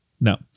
No